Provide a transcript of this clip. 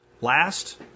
Last